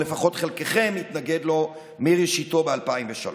או לפחות חלקכם התנגד לו מראשיתו ב-2003.